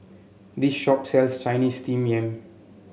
this shop sells Chinese Steamed Yam